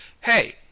Hey